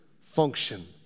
function